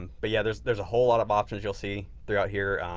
and but yeah, there's there's a whole lot of options you'll see throughout here.